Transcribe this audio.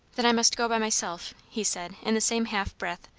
then i must go by myself, he said, in the same half breath,